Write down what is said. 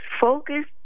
focus